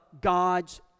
God's